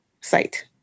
site